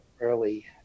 early